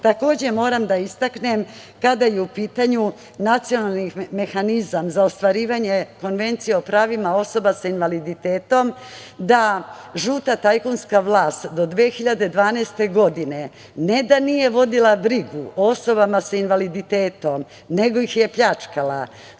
kazne. Takođe, moram da istaknem, kada je u pitanju nacionalni mehanizam za ostvarivanje Konvencije o pravima osoba sa invaliditetom da žuta tajkunska vlast do 2012. godine, ne da nije vodila brigu o osobama sa invaliditetom, nego ih je pljačkala,